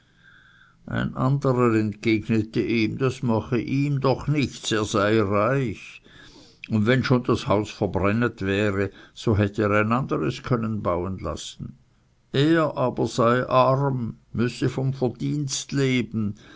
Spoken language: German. ein anderer entgegnete ihm das mache ihm doch nichts er sei reich und wenn schon das haus verbrannt wäre so hätte er ein anderes können bauen lassen er aber sei arm müsse vom verdienst leben